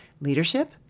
leadership